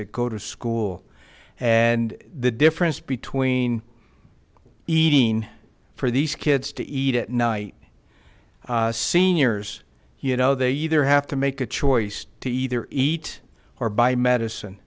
that go to school and the difference between eating for these kids to eat at night seniors you know they either have to make a choice to either eat or buy medicine